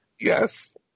Yes